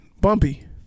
Bumpy